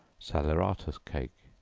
salaeratus cake.